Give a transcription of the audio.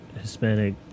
Hispanic